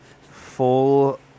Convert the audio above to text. Full